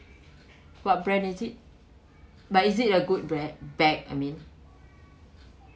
what brand is it but is it a good bread bag I mean